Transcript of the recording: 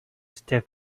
step